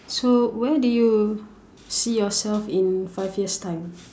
so where do you see yourself in five years time